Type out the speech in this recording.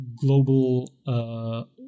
global